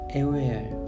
aware